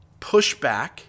pushback